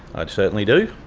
i certainly do.